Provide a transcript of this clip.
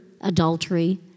adultery